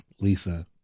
Lisa